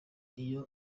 iyo